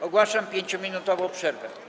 Ogłaszam 5-minutową przerwę.